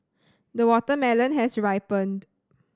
the watermelon has ripened